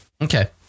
Okay